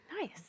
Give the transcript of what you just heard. Nice